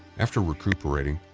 after recuperating,